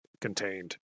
contained